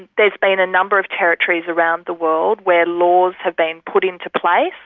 there's been a number of territories around the world where laws have been put into place,